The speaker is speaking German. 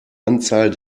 anzahl